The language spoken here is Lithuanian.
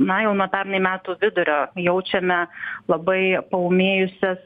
na jau nuo pernai metų vidurio jaučiame labai paūmėjusias